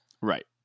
Right